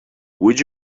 would